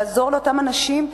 לעזור לאותם אנשים,